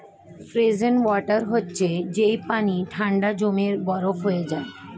frozen water হচ্ছে যেই পানি ঠান্ডায় জমে বরফ হয়ে যায়